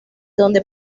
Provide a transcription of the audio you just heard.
donde